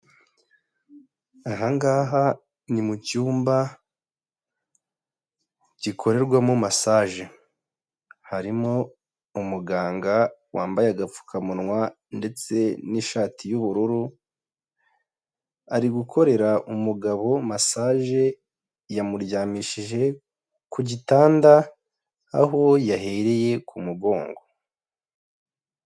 Ahangaha ni mucyumba gikorerwamo masaje harimo umuganga wambaye agapfukamunwa ndetse n'ishati yu'ubururu ari gukorera umugabo masaje yamuryamishije ku gitanda aho yahereye ku mugongo.